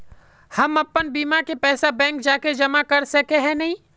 हम अपन बीमा के पैसा बैंक जाके जमा कर सके है नय?